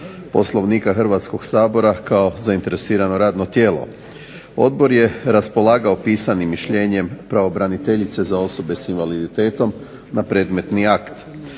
Poslovnika Hrvatskog sabora kao zainteresirano radno tijelo. Odbor je raspolagao pisanim mišljenjem pravobraniteljice za osobe s invaliditetom, na predmetni akt.